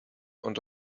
und